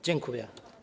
Dziękuję.